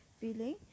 feeling